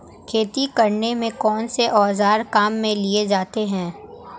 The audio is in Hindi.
खेती करने में कौनसे औज़ार काम में लिए जाते हैं?